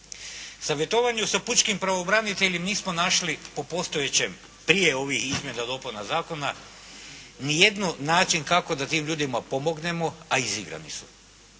savjetovanju sa pučkim pravobraniteljem nismo našli po postojećem, prije ovih izmjena i dopuna zakona, ni jedan način ako da tim ljudima pomognemo a izigrani.